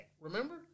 Remember